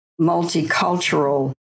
multicultural